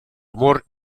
amor